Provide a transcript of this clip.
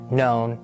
known